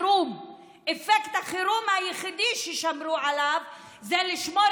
אפקט החירום היחיד ששמרו עליו זה לשמור